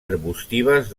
arbustives